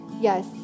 Yes